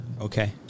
Okay